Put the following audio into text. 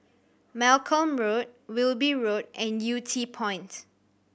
Malcolm Road Wilby Road and Yew Tee Point